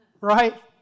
right